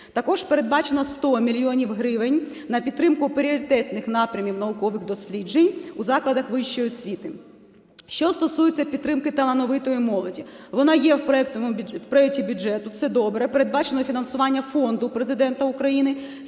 Також передбачено 100 мільйонів гривень на підтримку пріоритетних напрямів наукових досліджень у закладах вищої освіти. Що стосується підтримки талановитої молоді. Вона є в проекті бюджету – це добре. Передбачено фінансування Фонду Президента України